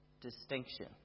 distinction